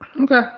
Okay